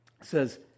says